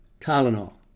Tylenol